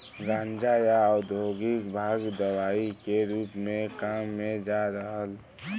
गांजा, या औद्योगिक भांग दवाई के रूप में काम में जात रहल